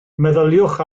meddyliwch